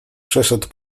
przeszedł